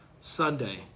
Sunday